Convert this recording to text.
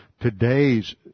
Today's